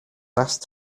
asked